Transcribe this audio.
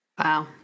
Wow